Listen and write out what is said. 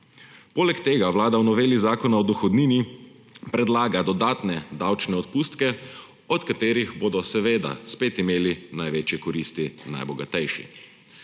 Poleg tega Vlada v noveli Zakona o dohodnini predlaga dodatne davčne odpustke, od katerih bodo seveda spet imeli največje koristi najbogatejši.